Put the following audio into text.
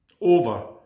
over